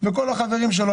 וכל החברים שלו,